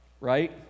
right